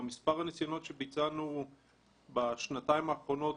במספר הניסיונות שביצענו בשנתיים האחרונות,